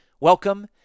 welcome